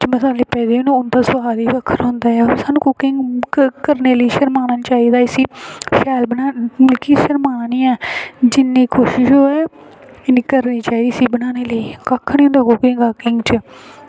जेह्ड़े बिच मसाले पेदे ना ओह्दा सोआद ई बक्खरा होंदा ऐ करने लेई शर्माना निं चाहिदा इसगी शैल बनाना चाहिदा मतलब कि शर्माना निं ऐ जिन्नी कोशिश होग इन्नी करनी चाहिदी इसगी बनाने लेई कक्ख निं होंदा एह्दे च